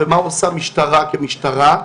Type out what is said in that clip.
ומה עושה משטרה כמשטרה,